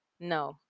No